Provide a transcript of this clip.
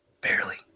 barely